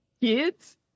kids